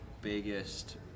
biggest